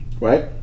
right